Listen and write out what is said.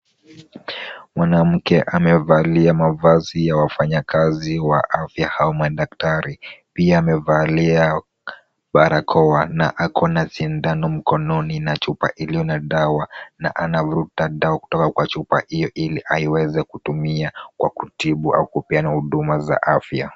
Mwanamke amevalia mavazi ya wafanyakazi wa afya ama madaktari. Pia amevalia barakoa na ako na sindano mkononi na chupa iliyo na dawa na anavuruta dawa kutoka kwa chupa Ile Ile aiweze kutumia kwa kutibu au kupeana huduma za afya.